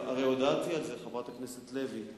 הרי הודעתי על זה, חברת הכנסת לוי.